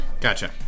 Gotcha